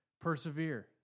Persevere